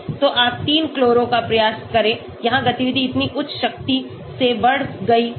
तो आप 3 क्लोरो का प्रयास करें यहां गतिविधि इतनी उच्च शक्ति से बढ़ गई है